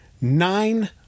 nine